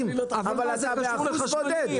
אבל זה אחוז בודד.